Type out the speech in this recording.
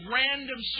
random